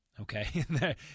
okay